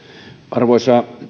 arvoisa